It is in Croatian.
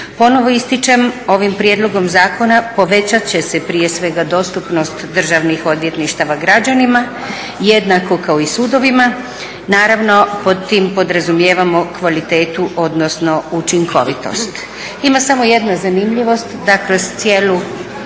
Ponovno ističem ovim prijedlogom zakona povećat će se prije svega dostupnost državnih odvjetništava građanima, jednako kao i sudovima. Naravno pod tim podrazumijevamo kvalitetu odnosno učinkovitost. Ima samo jedna zanimljivost da kroz cijelu